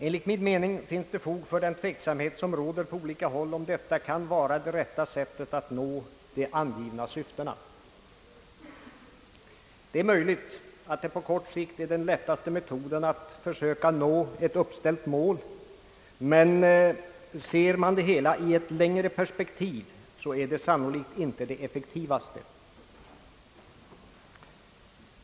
Enligt min mening finns det fog för den tveksamhet som råder på olika håll, om detta kan vara det rätta sättet att nå de angivna syftena. Det är möjligt att det på kort sikt är den lättaste metoden att försöka nå ett uppställt mål, men ser man det hela i ett längre perspektiv så är det sannolikt inte den effektivaste.